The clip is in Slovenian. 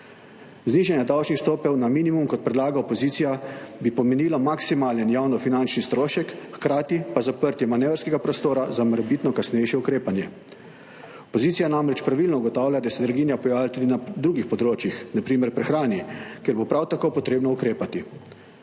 Znižanje davčnih stopenj na minimum, kot predlaga opozicija, bi pomenilo maksimalen javnofinančni strošek, hkrati pa zaprtje manevrskega prostora za morebitno kasnejše ukrepanje. Opozicija namreč pravilno ugotavlja, da se draginja pojavlja tudi na drugih področjih, na primer pri hrani, kjer bo prav tako potrebno ukrepati.